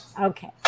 Okay